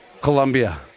Colombia